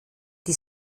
die